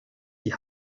die